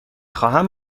خواهم